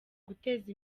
guteza